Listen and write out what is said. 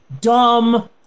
dumb